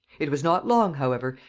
it was not long, however,